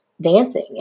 dancing